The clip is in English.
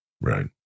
Right